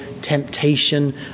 temptation